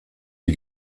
die